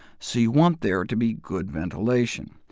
so you want there to be good ventilation.